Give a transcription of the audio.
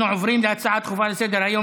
אנחנו עוברים להצעות דחופות לסדר-היום